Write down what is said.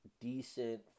decent